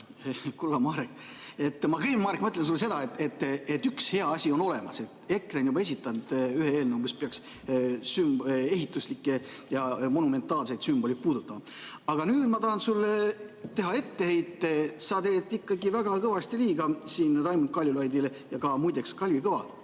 Kulla Marek! Ma kõigepealt ütlen sulle seda, et üks hea asi on olemas: EKRE on juba esitanud ühe eelnõu, mis peaks ehituslikke ja monumentaalseid sümboleid puudutama. Aga nüüd ma tahan sulle teha etteheite, et sa tegid siin ikkagi väga kõvasti liiga Raimond Kaljulaidile. Muide, ka Kalvi Kõva